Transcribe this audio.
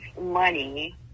money